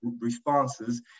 responses